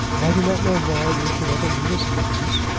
i do not know why we should ever meet as enemies.